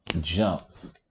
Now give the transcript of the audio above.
jumps